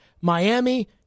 Miami